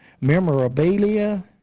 memorabilia